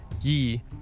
Ye